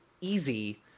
easy